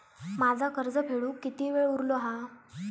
माझा कर्ज फेडुक किती वेळ उरलो हा?